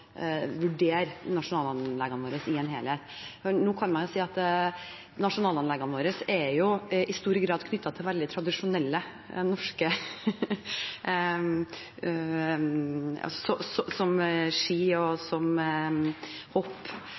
vurdere nasjonalanleggene våre i en helhet. Nå kan man jo si at nasjonalanleggene våre i stor grad er knyttet til veldig tradisjonelle norske idretter, som ski og